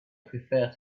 prefer